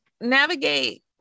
navigate